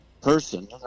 person